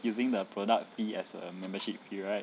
using the product fee as a membership fee right